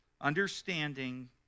Understanding